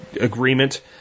agreement